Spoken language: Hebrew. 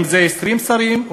אם זה 20 שרים,